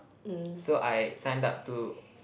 so I signed up to